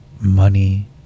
money